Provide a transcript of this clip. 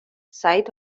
سعید